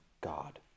God